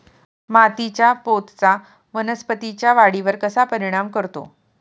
मातीच्या पोतचा वनस्पतींच्या वाढीवर कसा परिणाम करतो?